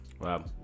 Wow